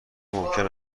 ممکن